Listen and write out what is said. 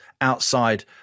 outside